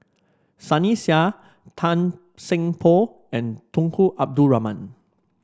Sunny Sia Tan Seng Poh and Tunku Abdul Rahman